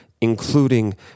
including